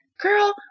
girl